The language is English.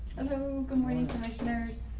good morning commissioners.